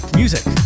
music